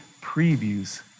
previews